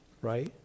Right